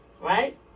Right